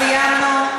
לא סיימנו.